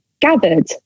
gathered